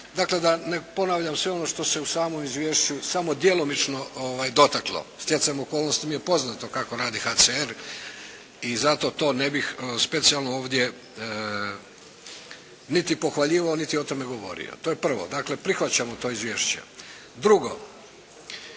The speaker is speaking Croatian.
dakle da ne ponavljam sve ono što se u samom izvješću samo djelomično dotaklo. Stjecajem okolnosti mi je poznato kako radi HCR i zato to ne bih specijalno ovdje niti pohvaljivao niti o tome govorio. To je prvo, dakle prihvaćamo to izvješće. Drugo,